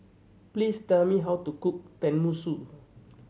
please tell me how to cook Tenmusu